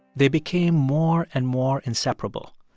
they became more and more inseparable.